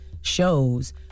shows